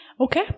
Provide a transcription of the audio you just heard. Okay